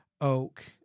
oak